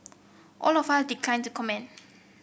all of are declined to comment